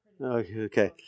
Okay